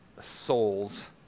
souls